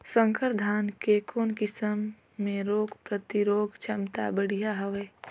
संकर धान के कौन किसम मे रोग प्रतिरोधक क्षमता बढ़िया हवे?